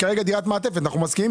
שהיא כרגע דירת מעטפת --- בדרך כלל,